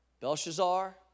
Belshazzar